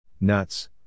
Nuts